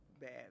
bad